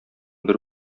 бер